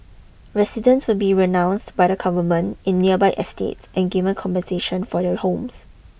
residents will be renounced by the government in nearby estates and given compensation for their homes